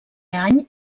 any